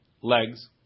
legs